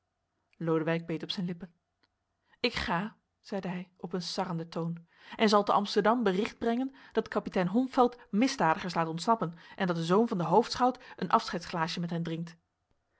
lodewijk beet op zijn lippen ik ga zeide hij op een sarrenden toon en zal te amsterdam bericht brengen dat kapitein holmfeld misdadigers laat ontsnappen en dat de zoon van den hoofdschout een afscheidsglaasje met hen drinkt